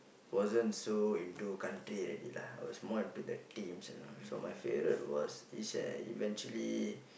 wasn't so into country already lah it was more into the teams you know so my favourite was is and eventually